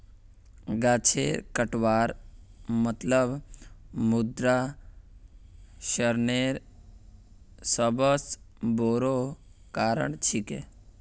गाछेर कटवार मतलब मृदा क्षरनेर सबस बोरो कारण छिके